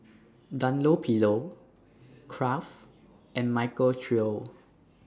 Dunlopillo Kraft and Michael Trio